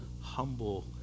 humble